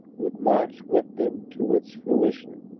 would march with them to its fruition.